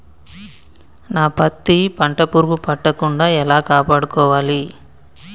నా పత్తి పంట పురుగు పట్టకుండా ఎలా కాపాడుకోవాలి?